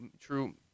true